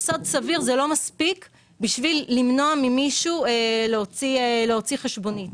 יסוד סביר זה לא מספיק כדי למנוע ממישהו להוציא חשבונית.